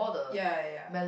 ya ya